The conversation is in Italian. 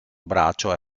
braccio